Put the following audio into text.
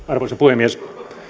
arvoisa puhemies